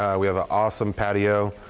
um we have an awesome patio.